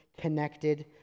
connected